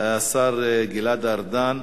השר גלעד ארדן.